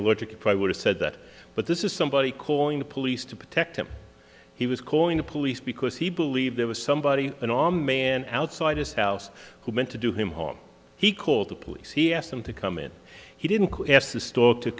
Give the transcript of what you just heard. allergic to pry would have said that but this is somebody calling the police to protect him he was calling the police because he believed there was somebody in on man outside his house who meant to do him harm he called the police he asked them to come in he didn't have the store to